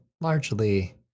largely